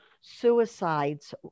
suicides